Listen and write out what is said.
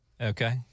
Okay